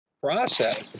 process